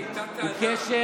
הוא קשר,